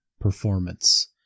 performance